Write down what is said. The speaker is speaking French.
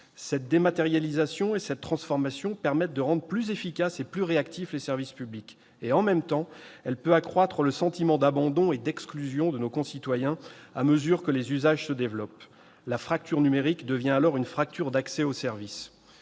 Cette dématérialisation et cette transformation permettent de rendre plus efficaces et plus réactifs les services publics. Dans le même temps, elles peuvent accroître le sentiment d'abandon et d'exclusion des citoyens à mesure que les usages se développent : la fracture numérique devient alors une fracture d'accès aux services.